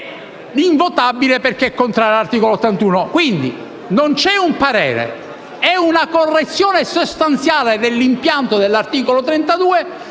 invotabile perché contrario all'articolo 81. Quindi, non c'è un parere ed è una correzione sostanziale dell'impianto dell'articolo 32: